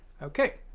okay!